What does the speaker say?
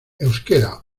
euskera